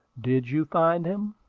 did you find him?